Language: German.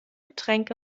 getränk